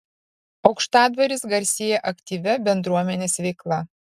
aukštadvaris garsėja aktyvia bendruomenės veikla